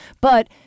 But-